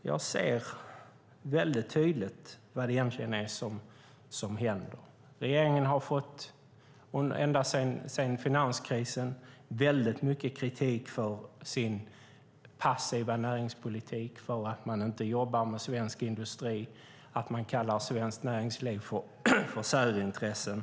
Jag ser tydligt vad det egentligen är som händer. Regeringen har ända sedan finanskrisen fått mycket kritik för sin passiva näringspolitik, för att man inte jobbar med svensk industri och för att man kallar svenskt näringsliv för särintressen.